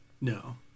No